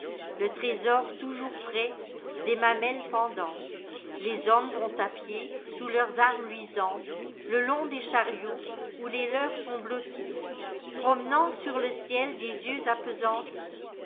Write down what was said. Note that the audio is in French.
appétitsle trésor toujours prêt des mamelles pendantes les hommes vont à pied sous leurs armes luisantesle long des chariots où les leurs sont blottis promenant sur le ciel des yeux appesantispar